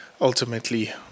ultimately